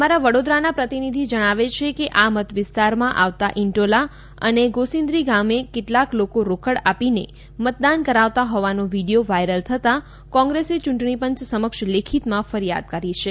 અમારા વડોદરાના પ્રતિનિધિ જણાવે છે કે આ મતવિસ્તારમાં આવતા ઇન્ટોલા અને ગોસીન્દ્રા ગામે કેટલાક લોકો રોકડ આપીને મતદાન કરાવતા હોવાનો વિડીયો વાયરલ થતાં કોંગ્રેસે ચૂંટણીપંચ સમક્ષ લેખિતમાં ફરિયાદ કરી છે